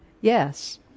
yes